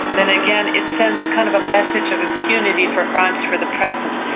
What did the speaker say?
then again it sends kind of a message of impunity for crimes for the present.